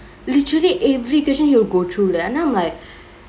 literally every question he will go through then I'm like